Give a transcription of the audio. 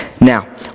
Now